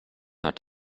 hat